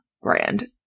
brand